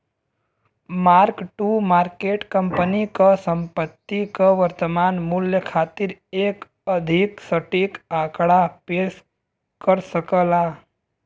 mark to market company क संपत्ति क वर्तमान मूल्य खातिर एक अधिक सटीक आंकड़ा पेश कर सकला